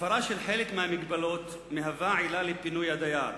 הפרה של חלק מהמגבלות מהווה עילה לפינוי הדייר.